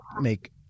make